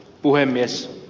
puhemies